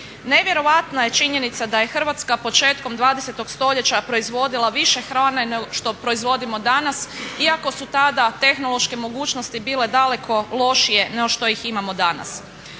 Nevjerojatna je činjenica da je Hrvatska početkom 20 st. proizvodila više hrane no što proizvodimo danas, iako su tada tehnološke mogućnosti bile daleko lošije no što ih imamo danas.